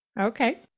Okay